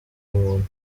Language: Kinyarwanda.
muntu